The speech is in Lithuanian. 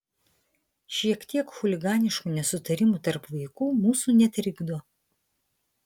šiek tiek chuliganiškų nesutarimų tarp vaikų mūsų netrikdo